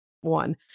one